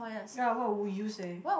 ya what would you say